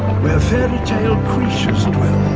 where fairy-tale creatures dwell.